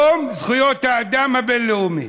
את יום זכויות האדם הבין-לאומי.